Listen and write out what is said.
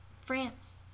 France